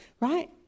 Right